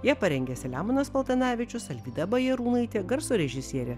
ją parengė selemonas paltanavičius alvyda bajarūnaitė garso režisierė